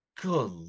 good